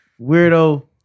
weirdo